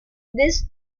this